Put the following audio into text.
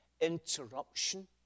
interruption